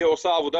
היא עושה עבודה.